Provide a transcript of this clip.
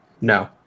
No